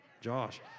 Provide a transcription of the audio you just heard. Josh